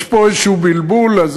יש פה בלבול כלשהו,